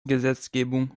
gesetzgebung